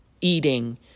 eating